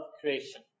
creation